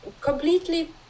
completely